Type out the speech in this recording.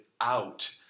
out